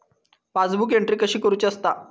Passbook entry कशी करुची असता?